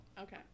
Okay